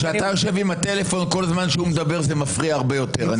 כשאתה יושב עם הטלפון כל זמן שהוא מדבר זה מפריע הרבה יותר.